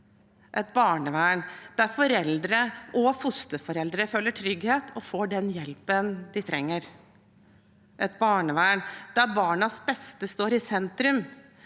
et barnevern der foreldre og fosterforeldre føler trygghet og får den hjelpen de trenger – et barnevern der barnas beste står i sentrum,